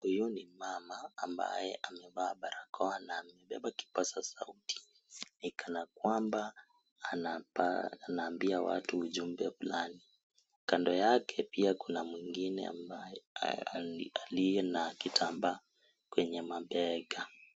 Huyu ni mama ambaye amevaa barakoa na amebeba kipasa sauti ni kana kwamba anaambia watu ujumbe fulani, kando yake pia kuna mwingine ambaye aliye na kitambaa kwenye mabega.